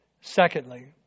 Secondly